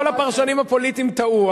כל הפרשנים הפוליטיים טעו.